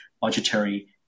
budgetary